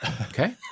okay